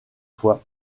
fois